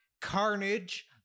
Carnage